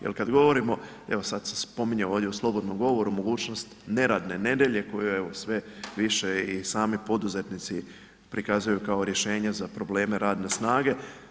Jer kad govorimo, evo sad se spominje ovdje u slobodnom govoru mogućnost neradne nedjelje koja je uz sve više i sami poduzetnici prikazuju kao rješenje za probleme radne snage.